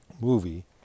movie